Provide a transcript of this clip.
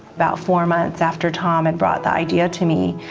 about four months after tom had brought the idea to me,